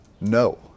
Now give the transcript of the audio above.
No